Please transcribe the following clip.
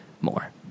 more